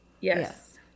Yes